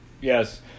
Yes